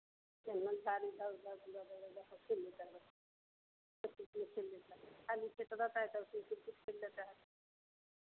इधर उधर झूला दरवाज़ा पा खेल लेता है खेल लेता है खाली पेट रहता है तौ किरकेट भी खेल लेता है